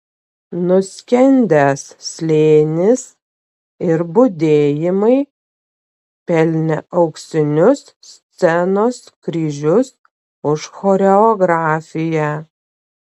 nuskendęs slėnis ir budėjimai pelnė auksinius scenos kryžius už choreografiją